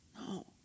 no